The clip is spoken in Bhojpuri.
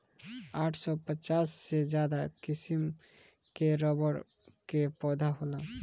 आठ सौ पचास से ज्यादा किसिम कअ रबड़ कअ पौधा होला